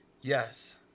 Yes